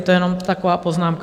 To je jenom taková poznámka.